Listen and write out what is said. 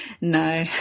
No